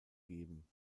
geben